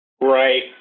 Right